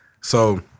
So-